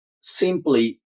simply